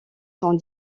sont